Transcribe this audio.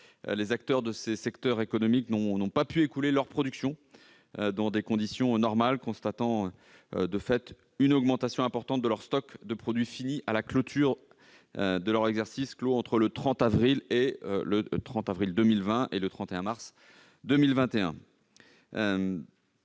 Les acteurs de ces secteurs économiques n'ont pas pu écouler leur production dans des conditions normales et constateront de fait une augmentation importante de leur stock de produits finis à la clôture de l'exercice clos entre le 30 avril 2020 et le 31 mars 2021.